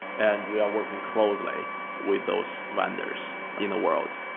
and we are working closely with those vendors in the world.